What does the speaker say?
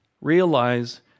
Realize